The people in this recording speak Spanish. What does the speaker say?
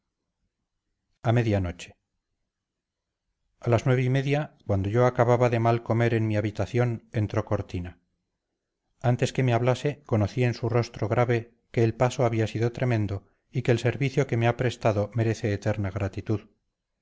a media noche a las nueve y media cuando yo acababa de mal comer en mi habitación entró cortina antes que me hablase conocí en su rostro grave que el paso había sido tremendo y que el servicio que me ha prestado merece eterna gratitud